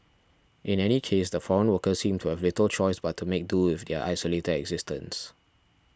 in any case the foreign workers seem to have little choice but to make do with their isolated existence